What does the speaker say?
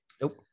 nope